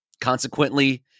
consequently